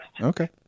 Okay